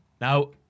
Now